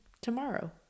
tomorrow